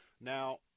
Now